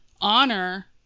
honor